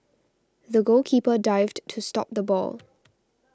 the goalkeeper dived to stop the ball